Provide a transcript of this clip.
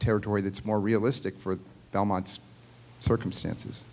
territory that's more realistic for the belmont circumstances